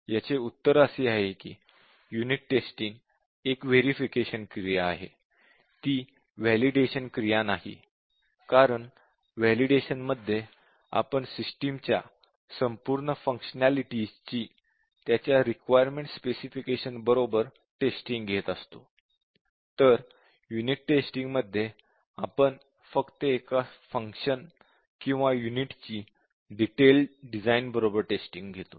याचे उत्तर असे आहे की युनिट टेस्टिंग एक व्हेरिफिकेशन क्रिया आहे ती व्हॅलिडेशन क्रिया नाही कारण व्हॅलिडेशन मध्ये आपण सिस्टिम च्या संपूर्ण फंक्शनालिटीची त्याच्या रिक्वायरमेंट स्पेसिफिकेशन बरोबर टेस्टिंग घेत असतो तर युनिट टेस्टिंग मध्ये आपण फक्त एका फंक्शन किंवा युनिट ची डिटेलड डिझाइन बरोबर टेस्टिंग घेतो